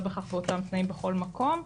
לא בהכרח באותם תנאים בכל מקום,